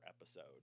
episode